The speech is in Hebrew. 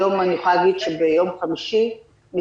היום אני יכולה להגיד שביום חמישי מסתיימת